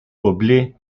publiée